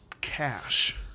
cash